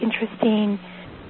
interesting